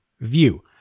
view